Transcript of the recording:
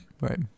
Right